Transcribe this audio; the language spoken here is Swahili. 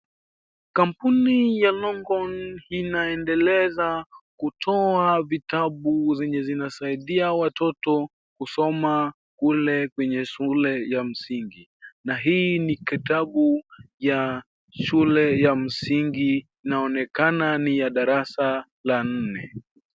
Kampuni ya Longhorn inaendeleza kutoa vitabu zenye zinasaidia watoto kusoma kule kwenye shule ya msingi , na hii ni kitabu ya shule ya msingi inaonekana ni ya darasa ya nne .